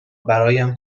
برایم